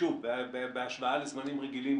בהשוואה לזמנים רגילים,